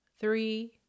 three